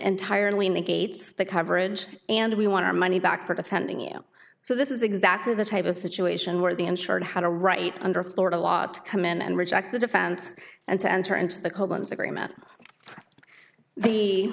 entirely negates the coverage and we want our money back for defending you so this is exactly the type of situation where the insured how to write under florida law to come in and reject the defense and to enter into the colons agreement the